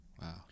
Wow